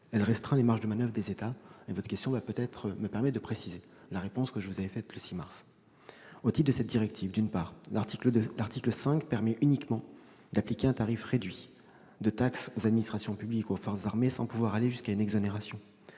qui restreint les marges de manoeuvre des États. Peut-être votre question va-t-elle me permettre de préciser la réponse que je vous avais faite le 6 mars dernier. Au titre de cette directive, d'une part, l'article 5 permet uniquement d'appliquer un tarif réduit de taxes aux administrations publiques ou aux forces armées, sans pouvoir aller jusqu'à une exonération.